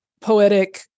poetic